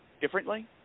differently